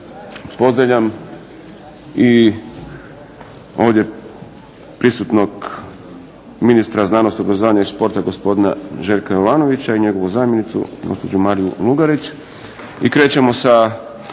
Pozdravljam i ovdje prisutnog ministra znanosti, obrazovanja i športa gospodina Željka Jovanovića i njegovu zamjenicu gospođu Mariju Lugarić.